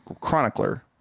chronicler